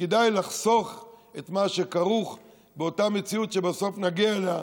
וכדאי לחסוך את מה שכרוך באותה מציאות שבסוף נגיע אליה,